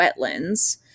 wetlands